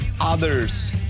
others